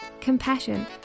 compassion